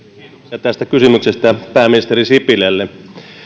kiitoksia tästä kysymyksestä pääministeri sipilälle